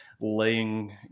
laying